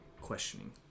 questioning